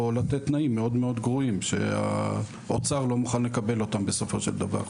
או לתת תנאים מאוד מאוד גרועים שהאוצר לא מוכן לקבל אותם בסופו של דבר.